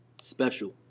Special